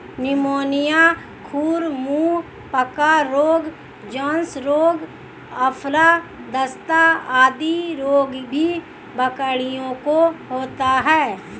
pneumonia, खुर मुँह पका रोग, जोन्स रोग, आफरा, दस्त आदि रोग भी बकरियों को होता है